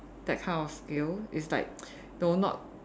that kind of skill it's like no not